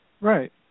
Right